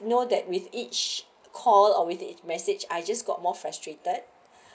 know that with each call or with a message I just got more frustrated